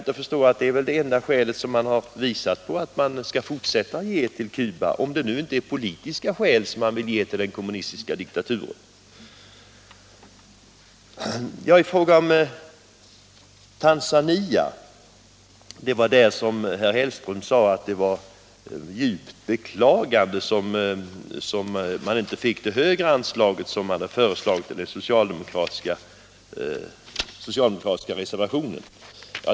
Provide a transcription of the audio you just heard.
Detta med sockerpriset är väl det enda skäl man anfört för att biståndet till Cuba skall fortsätta — om det nu inte är av politiska skäl som man vill ge bistånd till den kommunistiska diktaturen. Beträffande Tanzania sade herr Hellström att det var med djupt beklagande man konstaterade att utskottet inte tillstyrkte det högre anslag som föreslås i den socialdemokratiska reservationen.